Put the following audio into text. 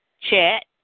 chat